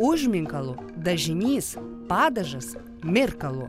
užminkalu dažinys padažas mirkalu